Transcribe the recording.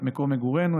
את מקום מגורינו,